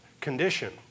condition